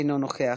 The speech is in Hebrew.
אינו נוכח.